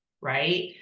right